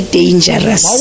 dangerous